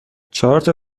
چهارتا